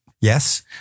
Yes